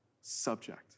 subject